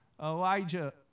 Elijah